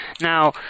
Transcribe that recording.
Now